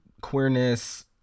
queerness